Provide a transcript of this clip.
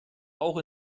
auch